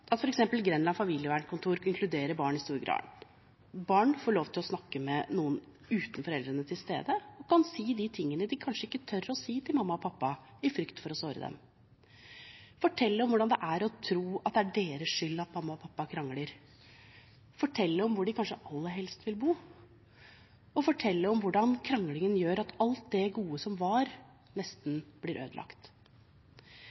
at f.eks. Grenland familiekontor inkluderer barn i stor grad. Barn får lov til å snakke med noen uten foreldrene til stede og kan si de tingene de kanskje ikke tør å si til mamma og pappa, i frykt for å såre dem. De får fortelle om hvordan det er å tro at det er deres skyld at mamma og pappa krangler, fortelle om hvor de kanskje aller helst vil bo, og om hvordan kranglingen gjør at alt det gode som var, nesten blir ødelagt.